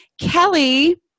Kelly